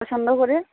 পছন্দ করে